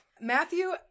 Matthew